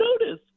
notice